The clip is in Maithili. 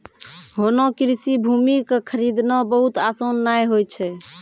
होना कृषि भूमि कॅ खरीदना बहुत आसान नाय होय छै